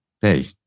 hey